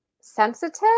sensitive